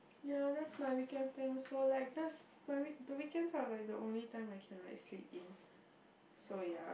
ya that's my weekend plan also like that's my week the weekends are like the only time I can like sleep in so ya